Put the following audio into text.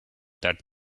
that